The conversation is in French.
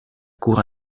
cour